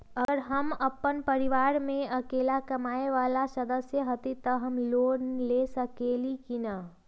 अगर हम अपन परिवार में अकेला कमाये वाला सदस्य हती त हम लोन ले सकेली की न?